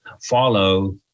follow